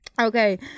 okay